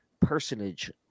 personage